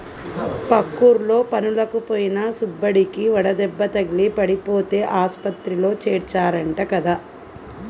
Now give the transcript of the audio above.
పక్కూర్లో పనులకి పోయిన సుబ్బడికి వడదెబ్బ తగిలి పడిపోతే ఆస్పత్రిలో చేర్చారంట కదా